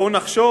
שכולנו מכירים.